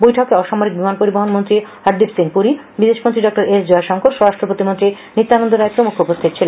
বৈঠকে অসামরিক বিমান পরিবহন মন্ত্রী হরদীপ সিং পুরি বিদেশমন্ত্রী ডঃ এস জয়শঙ্কর স্বরাষ্ট্রপ্রতিমন্ত্রী নিত্যানন্দ রায় প্রমুখ উপস্হিত ছিলেন